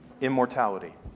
immortality